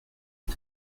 est